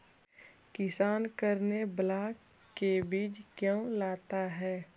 किसान करने ब्लाक से बीज क्यों लाता है?